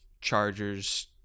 chargers